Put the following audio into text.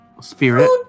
spirit